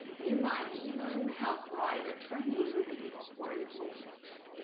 you might even help write a training manual for employees,